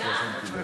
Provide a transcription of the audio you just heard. אז לא שמתי לב.